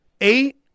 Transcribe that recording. Eight